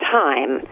time